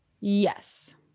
Yes